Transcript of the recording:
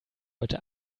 heute